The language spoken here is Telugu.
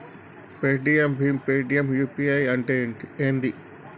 పేటిఎమ్ భీమ్ పేటిఎమ్ యూ.పీ.ఐ అంటే ఏంది?